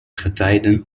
getijden